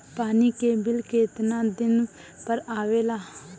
पानी के बिल केतना दिन पर आबे ला?